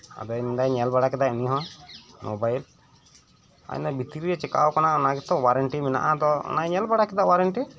ᱟᱫᱚᱭ ᱢᱮᱱ ᱮᱫᱟ ᱧᱮᱞ ᱵᱟᱲᱟ ᱠᱮᱫᱟᱭ ᱩᱱᱤᱦᱚᱸ ᱢᱳᱵᱟᱭᱤᱞ ᱟᱫᱚᱭ ᱢᱮᱱ ᱮᱫᱟ ᱵᱷᱤᱛᱨᱤᱨᱮ ᱪᱤᱠᱟᱹ ᱟᱠᱟᱱᱟ ᱚᱱᱟᱜᱮᱛᱚ ᱳᱣᱟᱨᱮᱱᱴᱤ ᱢᱮᱱᱟᱜᱼᱟ ᱟᱫᱚ ᱧᱮᱞ ᱵᱟᱲᱟ ᱠᱮᱫᱟᱭ ᱳᱣᱟᱨᱮᱱᱴᱤ